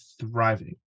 thriving